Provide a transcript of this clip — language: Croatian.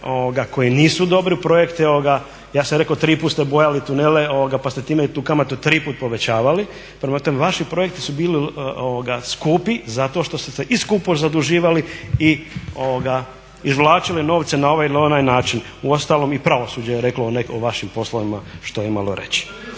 koji nisu dobri projekti. Ja sam rekao triput ste bojali tunele pa ste time tu kamatu triput povećavali. Prema tome, vaši projekti su bili skupi zato što ste se i skupo zaduživali i izvlačili novce na ovaj ili onaj način. Uostalom i pravosuđe je reklo o vašim poslovima što je imalo reći.